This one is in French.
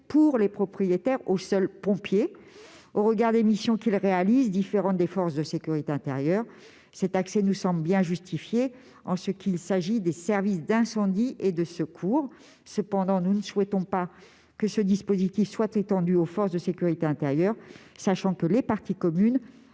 obligation d'accès aux seuls pompiers. Au regard des missions qu'ils réalisent, qui sont différentes de celles des forces de sécurité intérieure, cet accès nous semble bien justifié pour les services d'incendie et de secours. Cependant, nous ne souhaitons pas que ce dispositif soit étendu aux forces de sécurité intérieure, sachant que les parties communes